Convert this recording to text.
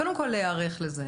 קודם כל להיערך לזה,